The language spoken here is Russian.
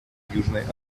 южной